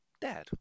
Dad